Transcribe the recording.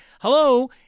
Hello